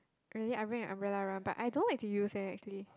really I bring an umbrella around but I don't like to use eh actually